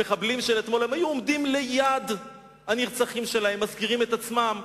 המחבלים של אתמול היו עומדים ליד הנרצחים שלהם ומסגירים את עצמם.